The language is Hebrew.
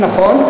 נכון.